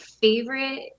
favorite